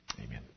Amen